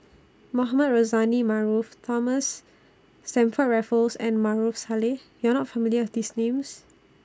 Mohamed Rozani Maarof Thomas Stamford Raffles and Maarof Salleh YOU Are not familiar with These Names